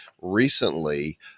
recently